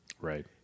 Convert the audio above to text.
right